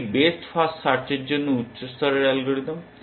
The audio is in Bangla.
এটি বেস্ট ফার্স্ট সার্চের জন্য উচ্চ স্তরের অ্যালগরিদম